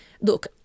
look –